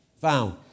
found